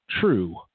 true